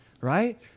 right